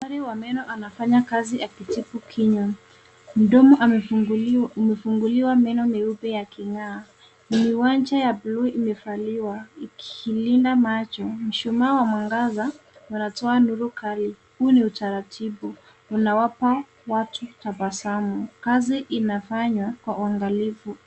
Daktari wa meno anafanya kazi akitibu kinywa. Mdomo umefunguliwa meno meupe yaking'aa. Miwanja ya buluu imevaliwa ikilinda macho. Mshumaa wa mwangaza unatoa nuru kali. Huu ni utaratibu unawapa watu tabasamu. Kazi inafanywa kwa uangalifu.